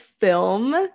film